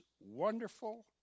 wonderful